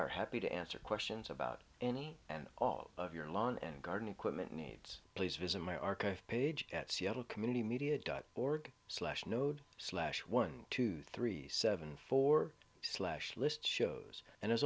are happy to answer questions about any and all of your lawn and garden equipment needs please visit my archive page at seattle community media dot org slash node slash one two three seven four slash list shows and